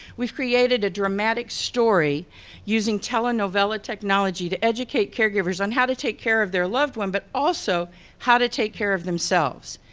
we've created a dramatic story using telanovela technology to educate caregivers on how to take care of their loved one, but also how to take care of themselves.